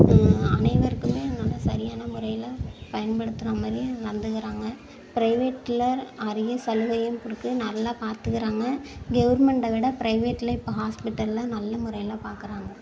அனைவருக்குமே நல்ல சரியான முறையில் பயன்படுத்துகிறா மாதிரி நடந்துக்கிறாங்க ப்ரைவேட்டில் நிறைய சலுகையும் இருக்குது நல்லா பார்த்துகிறாங்க கவுர்மெண்ட விட ப்ரைவேட்டில் இப்போ ஹாஸ்பிட்டலில் நல்ல முறையில் பார்க்குறாங்க